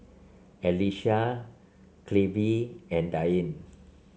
Allyssa Clevie and Deane